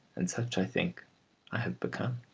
and such i think i have become.